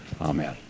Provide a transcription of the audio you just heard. Amen